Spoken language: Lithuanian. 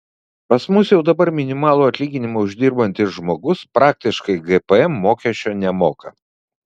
pas mus jau dabar minimalų atlyginimą uždirbantis žmogus praktiškai gpm mokesčio nemoka